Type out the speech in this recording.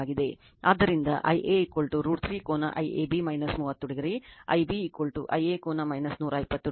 ಆದ್ದರಿಂದ Ia √ 3 ಕೋನ IAB 30o Ib Iaಕೋನ 120o ಮತ್ತು I c Iaಕೋನ 120oಆಗಿದೆ